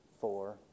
four